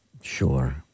Sure